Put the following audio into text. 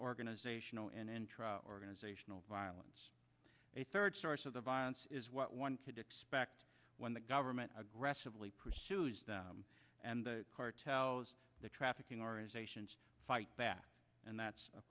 organizational and intra organizational violence a third source of the violence is what one could expect when the government aggressively pursues and the cartel the trafficking organizations fight back and that's of